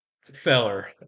Feller